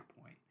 point